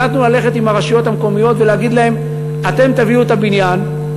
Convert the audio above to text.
החלטנו ללכת עם הרשויות המקומיות ולהגיד להם: אתם תביאו את הבניין,